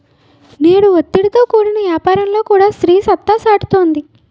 నేడు ఒత్తిడితో కూడిన యాపారంలో కూడా స్త్రీ సత్తా సాటుతుంది